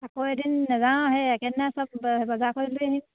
আকৌ এদিন নেযাওঁ সেই একেদিনাই চব বজাৰ কৰি লৈ আহিম